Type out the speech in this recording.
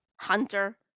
hunter